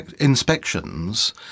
inspections